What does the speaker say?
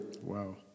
Wow